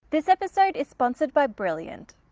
this episode is sponsored by brilliant.